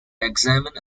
examine